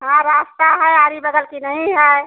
हाँ रास्ता है आरी बगल कि नहीं है